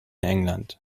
england